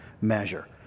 measure